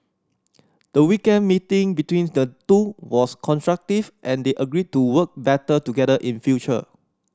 the weekend meeting between the two was constructive and they agreed to work better together in future